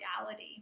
reality